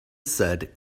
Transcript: said